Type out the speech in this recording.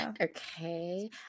Okay